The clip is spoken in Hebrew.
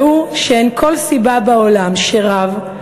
והוא שאין כל סיבה בעולם שרב,